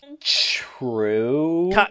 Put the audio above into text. True